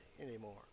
anymore